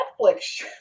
Netflix